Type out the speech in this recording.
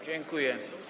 Dziękuję.